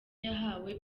yahawe